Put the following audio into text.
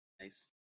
Nice